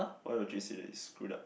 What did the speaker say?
why would you say that it's screwed up